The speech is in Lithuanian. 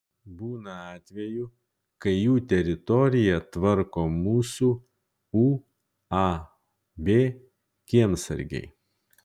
būna atvejų kai jų teritoriją tvarko mūsų uab kiemsargiai